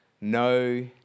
no